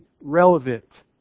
relevant